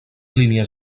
línies